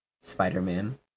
Spider-Man